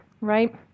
right